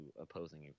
opposing